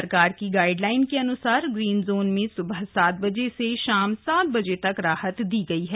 सरकार की गाइडलाइन के अनुसार ग्रीन जोन में सुबह सात से शाम सात बजे तक राहत दी गई है